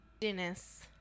Dennis